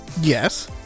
Yes